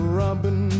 robin